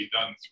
done